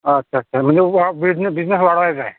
अच्छा अच्छा म्हणजे वा बिजनेस बिजनेस वाढवायचा आहे